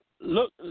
look